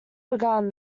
began